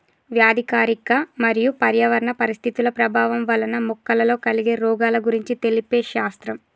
వ్యాధికారక మరియు పర్యావరణ పరిస్థితుల ప్రభావం వలన మొక్కలలో కలిగే రోగాల గురించి తెలిపే శాస్త్రం